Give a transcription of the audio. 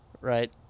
right